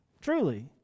Truly